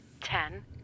ten